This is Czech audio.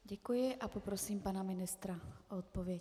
Děkuji a poprosím pana ministra o odpověď.